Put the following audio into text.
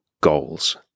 goals